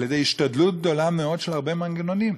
על-ידי השתדלות גדולה מאוד של הרבה מנגנונים.